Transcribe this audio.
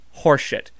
horseshit